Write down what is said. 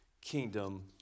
kingdom